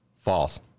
false